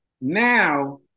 Now